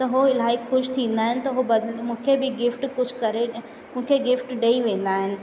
त उहो इलाही ख़ुशि थींदा आहिनि उहो बद मूंखे बी गिफ़्ट कुझु करे मूंखे गिफ़्ट ॾेई वेंदा आहिनि